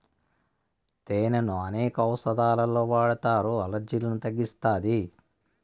తేనెను అనేక ఔషదాలలో వాడతారు, అలర్జీలను తగ్గిస్తాది